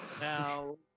Now